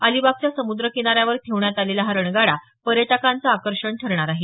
अलिबागच्या समुद्र किनारयावर ठेवण्यात आलेला हा रणगाडा पर्यटकांचं आकर्षण ठरणार आहे